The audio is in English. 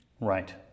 Right